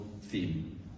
theme